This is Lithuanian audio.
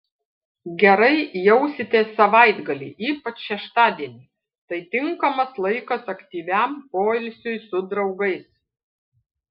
gerai jausitės savaitgalį ypač šeštadienį tai tinkamas laikas aktyviam poilsiui su draugais